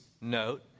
note